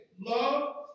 Love